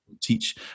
teach